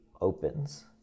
opens